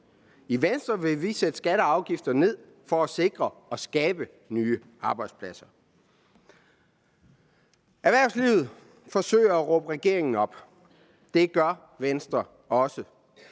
I Venstre vil vi sætte skatter og afgifter ned for at sikre og skabe nye arbejdspladser. Erhvervslivet forsøger at råbe regeringen op. Det gør Venstre også.